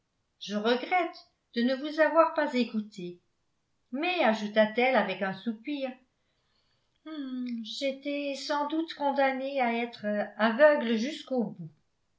je regrette de ne vous avoir pas écouté mais ajouta-t-elle avec un soupir j'étais sans doute condamnée à être aveugle jusqu'au bout